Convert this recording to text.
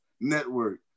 network